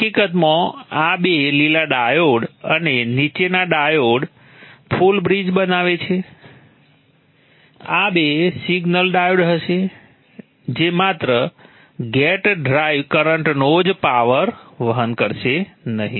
હકીકતમાં આ બે લીલા ડાયોડ અને નીચેના ડાયોડ ફુલ બ્રિજ બનાવે છે આ બે સિગ્નલ ડાયોડ હશે જે માત્ર ગેટ ડ્રાઇવ કરંટનો જ પાવર વહન કરશે નહીં